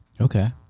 Okay